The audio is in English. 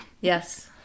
Yes